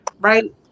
right